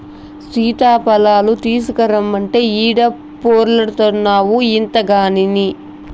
సీతాఫలాలు తీసకరమ్మంటే ఈడ పొర్లాడతాన్డావు ఇంతగని